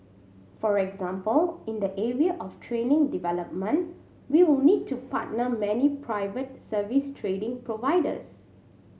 for example in the area of training development we will need to partner many private service trading providers